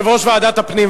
יושב-ראש ועדת הפנים,